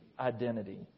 Identity